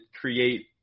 create